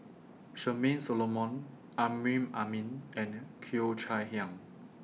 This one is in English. Charmaine Solomon Amrin Amin and Cheo Chai Hiang